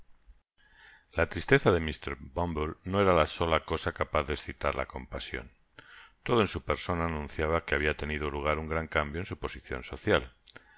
la tristeza de mr bumble no era la sola cosa capaz de exitar la compasion todo en su persona anunciaba que habia tenido lugar un gran cambio en su posicion social